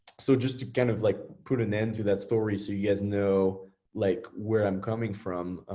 so just to kind of like put an end to that story so you guys know like where i'm coming from,